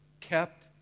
kept